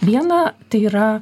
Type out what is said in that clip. viena tai yra